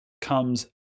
comes